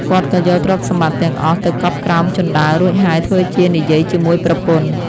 គាត់ក៏យកទ្រព្យសម្បត្តិទាំងអស់ទៅកប់ក្រោមជណ្ដើររួចហើយធ្វើជានិយាយជាមួយប្រពន្ធ។